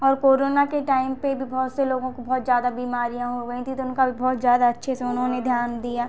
और कोरोना के टाइम पे भी बहुत से लोगों को बहुत ज़्यादा बीमारियाँ हो गई थीं तो उनका भी बहुत ज़्यादा अच्छे से उन्होंने ध्यान दिया